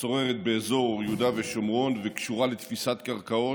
השוררת באזור יהודה ושומרון וקשורה לתפיסת קרקעות,